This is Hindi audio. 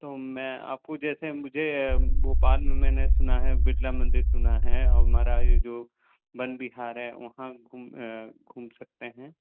तो मैं आपको जैसे मुझे भोपाल में मैंने सुना है बिरला मंदिर सुना है हमारा है ये जो वन विहार है वहाँ घूम घूम सकते हैं